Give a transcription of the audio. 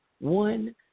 one